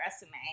resume